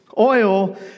oil